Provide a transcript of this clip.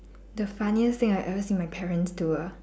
the funniest thing I ever see my parent do ah